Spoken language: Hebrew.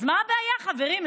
אז מה הבעיה, חברים?